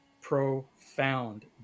profound